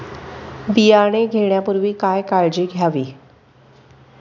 बियाणे घेण्यापूर्वी काय काळजी घ्यावी?